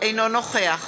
אינו נוכח